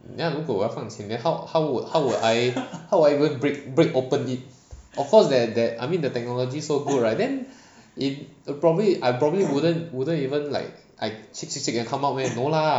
那样如果我要放钱 then how how would how would I how would I even break break open it of course there that I mean the technology so good right then it probably I probably wouldn't wouldn't even like I shake shake shake then come out meh no lah